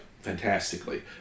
fantastically